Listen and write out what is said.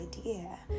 idea